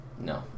No